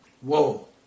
Whoa